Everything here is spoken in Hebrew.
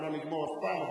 אנחנו לא נגמור אף פעם.